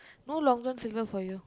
no Long-John-Silver for you